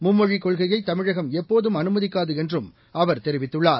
மும்மொழிக் கொள்கையை தமிழகம் எப்போதும் அனுமதிக்காது என்றும் அவர் தெரிவித்தள்ளார்